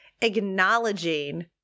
acknowledging